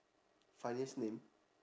funniest name